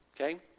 Okay